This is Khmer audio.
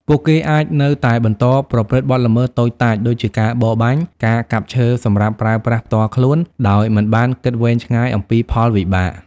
ពួកគេអាចនៅតែបន្តប្រព្រឹត្តបទល្មើសតូចតាច ដូចជាការបរបាញ់ ការកាប់ឈើសម្រាប់ប្រើប្រាស់ផ្ទាល់ខ្លួន ដោយមិនបានគិតវែងឆ្ងាយអំពីផលវិបាក។